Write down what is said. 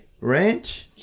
Ranch